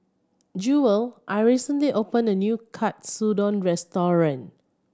Jewel are recently opened a new Katsudon Restaurant